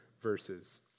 verses